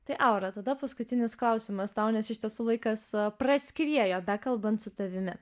tai aura tada paskutinis klausimas tau nes iš tiesų laikas praskriejo bekalbant su tavimi